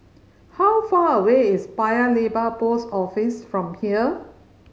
how far away is Paya Lebar Post Office from here